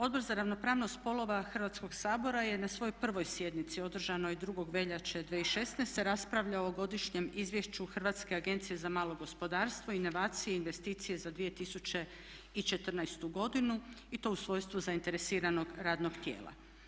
Odbor za ravnopravnost spolova Hrvatskoga sabora je na svojoj 1. sjednici održanoj 2. veljače 2016. raspravljao o godišnjem izvješću Hrvatske agencije za malo gospodarstvo, inovacije i investicije za 2014. godinu i to u svojstvu zainteresiranog radnog tijela.